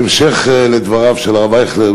בהמשך לדבריו של הרב אייכלר,